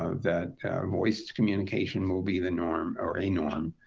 ah that voice communication will be the norm, or a norm,